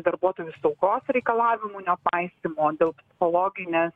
darbuotojų saugos reikalavimų nepaisymo dėl psichologinės